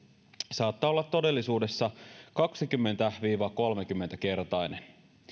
saattaa olla todellisuudessa kaksikymmentä viiva kolmekymmentä kertainen